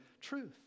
truth